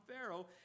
Pharaoh